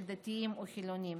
של דתיים או חילונים,